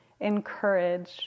encourage